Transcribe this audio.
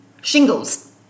shingles